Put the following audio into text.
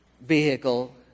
vehicle